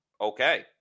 okay